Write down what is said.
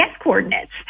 coordinates